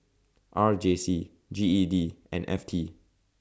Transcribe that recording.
R J C G E D and F T